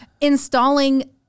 installing